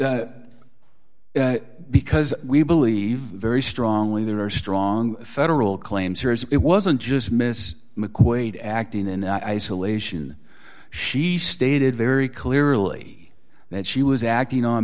the because we believe very strongly there are strong federal claims here as it wasn't just miss mcquaid acting in isolation she stated very clearly that she was acting on